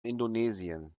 indonesien